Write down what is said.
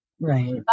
right